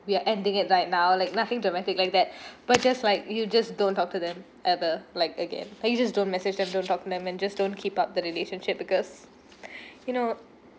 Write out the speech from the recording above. we are ending it right now like nothing dramatic like that but just like you just don't talk to them ever like again like you just don't message them don't talk to them and just don't keep up the relationship because you know